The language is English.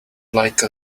like